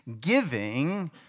giving